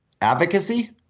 advocacy